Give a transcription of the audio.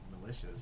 malicious